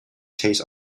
taste